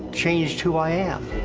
changed who i am,